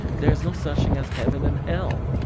there's no such thing as heaven and hell,